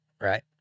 right